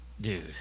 Dude